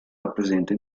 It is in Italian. rappresenta